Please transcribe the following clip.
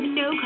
no